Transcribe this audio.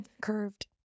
curved